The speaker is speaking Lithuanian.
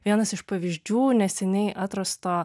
vienas iš pavyzdžių neseniai atrasto